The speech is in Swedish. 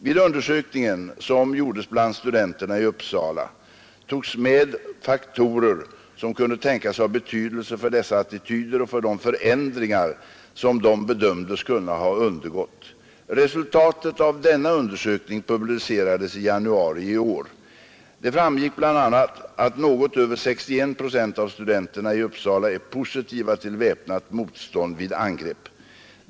Vid undersökningen, som gjordes bland studenterna i Uppsala, togs med faktorer som kunde tänkas ha betydelse för dessa attityder och för de förändringar som de bedömdes kunna ha undergått. Resultatet av denna undersökning publicerades i januari i år. Det framgick bl.a. att något över 61 procent av studenterna i Uppsala är positiva till väpnat motstånd vid angrepp.